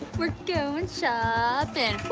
we're going shopping,